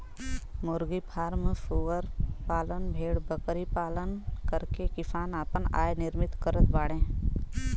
मुर्गी फ्राम सूअर पालन भेड़बकरी पालन करके किसान आपन आय निर्मित करत बाडे